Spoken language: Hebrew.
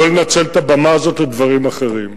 לא לנצל את הבמה הזאת לדברים אחרים.